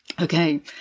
Okay